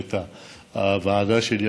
למנהלת הוועדה שלי,